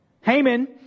Haman